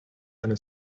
and